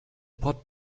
pot